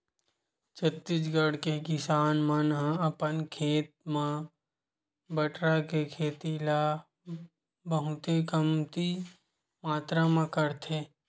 छत्तीसगढ़ के किसान मन ह अपन खेत म बटरा के खेती ल बहुते कमती मातरा म करथे